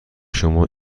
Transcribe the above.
شما